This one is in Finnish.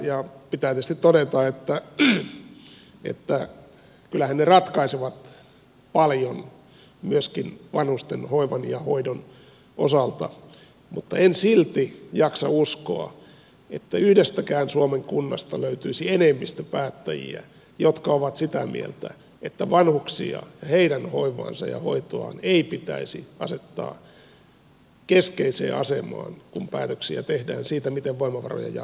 pitää tietysti todeta että kyllähän ne ratkaisevat paljon myöskin vanhusten hoivan ja hoidon osalta mutta en silti jaksa uskoa että yhdestäkään suomen kunnasta löytyisi enemmistö päättäjiä jotka ovat sitä mieltä että vanhuksia ja heidän hoivaansa ja hoitoaan ei pitäisi asettaa keskeiseen asemaan kun päätöksiä tehdään siitä miten voimavaroja jaetaan